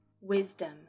Wisdom